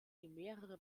mehrere